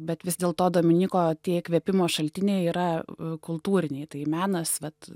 bet vis dėl to dominyko tie įkvėpimo šaltiniai yra kultūriniai tai menas vat